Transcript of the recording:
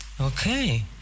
Okay